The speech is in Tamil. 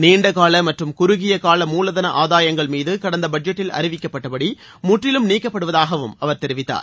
நீண்டகால மற்றும் குறுகியகால மூலதள ஆதாயங்கள் மீது கடந்த பட்ஜெட்டில் அறிவிக்கப்பட்டபடி முற்றிலும் நீக்கப்படுவதாகவும் அவர் தெரிவித்தார்